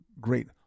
great